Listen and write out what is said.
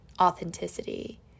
authenticity